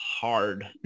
hard